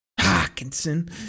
Hawkinson